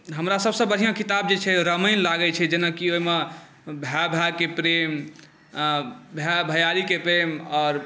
हमरा सभसँ बढ़िआँ किताब जे छै रामायण लागैत छै जेनाकि ओहिमे भाए भाएके प्रेम आ भाए भैआरीके प्रेम आओर